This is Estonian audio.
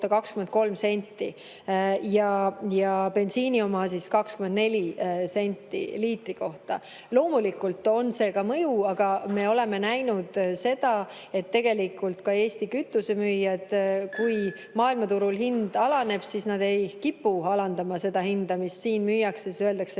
23 senti ja bensiinil 24 senti liitri kohta. Loomulikult on see ka mõju, aga me oleme näinud, et tegelikult Eesti kütusemüüjad, kui maailmaturul hind alaneb, ei kipu alandama seda hinda, millega siin müüakse. Siis öeldakse,